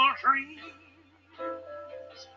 dreams